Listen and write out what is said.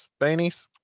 beanies